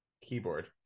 keyboard